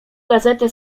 gazetę